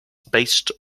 based